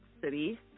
City